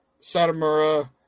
Satomura